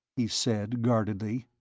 he said guardedly.